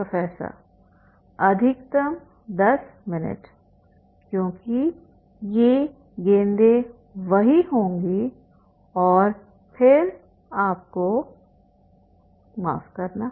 professor अधिकतम 10 minute क्योंकि ये गेंदें वहां होंगी और फिर आपकोमाफ़ करना